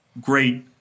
great